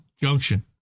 junction